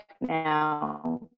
now